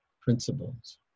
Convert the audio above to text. principles